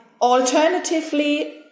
Alternatively